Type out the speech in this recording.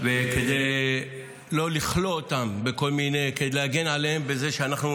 וכדי לא לכלוא אותן ולהגן עליהן בכך שאנחנו